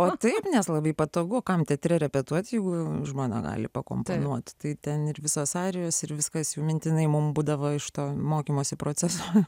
o taip nes labai patogu kam teatre repetuot jeigu žmona gali pakontroliuoti tai ten ir visos arijos ir viskas jau mintinai mum būdavo iš to mokymosi proceso